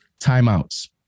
timeouts